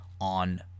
On